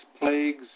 plagues